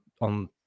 on